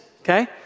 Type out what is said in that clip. okay